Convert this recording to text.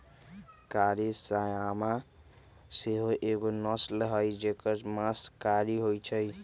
कारी श्यामा सेहो एगो नस्ल हई जेकर मास कारी होइ छइ